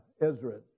Ezra